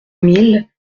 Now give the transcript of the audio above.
mille